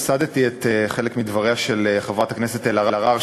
הפסדתי חלק מדבריה של חברת הכנסת אלהרר,